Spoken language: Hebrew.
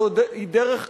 היא דרך קלוקלת,